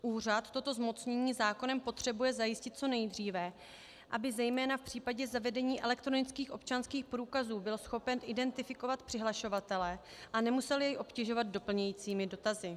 Úřad toto zmocnění zákonem potřebuje zajistit co nejdříve, aby zejména v případě zavedení elektronických občanských průkazů byl schopen identifikovat přihlašovatele a nemusel jej obtěžovat doplňujícími dotazy.